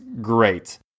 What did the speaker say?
great